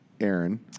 Aaron